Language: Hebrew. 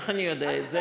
איך אני יודע את זה?